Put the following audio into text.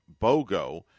BOGO